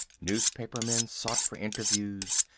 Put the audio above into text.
newspaper men sought for interviews.